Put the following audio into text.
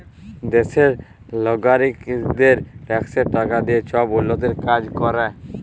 দ্যাশের লগারিকদের ট্যাক্সের টাকা দিঁয়ে ছব উল্ল্যতির কাজ ক্যরে